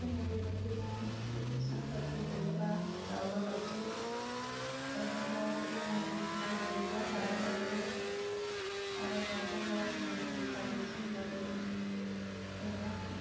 जोङो बेबायदिनो इलेकसनफोर गेलेयोब्ला दावराव दावसि गावजों गाव जोङो नायलायनोबो हाया जायो आरो गावजों गाव जोङो हिंसा हिंसि जायो नोङो